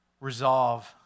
resolve